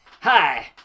Hi